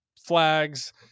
flags